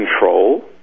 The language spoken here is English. Control